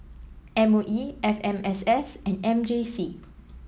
M O E F M S S and M J C